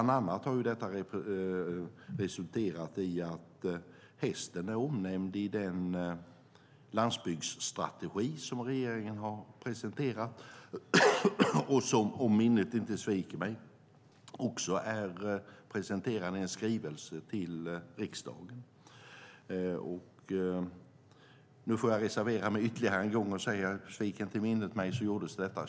Detta har bland annat resulterat i att hästen är omnämnd i den landsbygdstrategi som regeringen har presenterat och som om minnet inte sviker mig också presenterades i en skrivelse till riksdagen 2009.